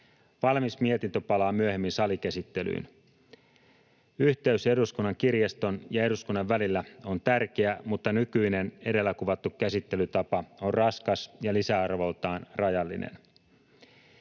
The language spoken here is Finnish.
Valmis mietintö palaa myöhemmin salikäsittelyyn. Yhteys Eduskunnan kirjaston ja eduskunnan välillä on tärkeä, mutta nykyinen, edellä kuvattu käsittelytapa on raskas ja lisäarvoltaan rajallinen.